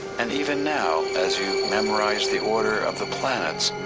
and even now, as you memorize the order of the planets,